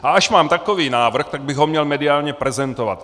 A až mám takový návrh, tak bych ho měl mediálně prezentovat.